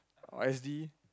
or S_D